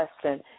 question